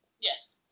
Yes